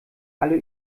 alle